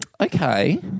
Okay